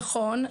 נכון.